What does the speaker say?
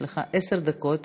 יש לך עשר דקות